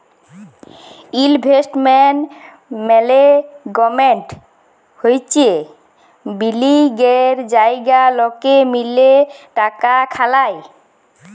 investment management হচ্যে বিলিয়গের জায়গা লকে মিলে টাকা খাটায়